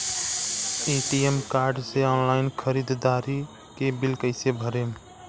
ATM card से online ख़रीदारी के बिल कईसे भरेम?